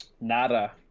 Nada